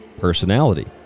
personality